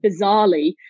bizarrely